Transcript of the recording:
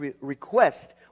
request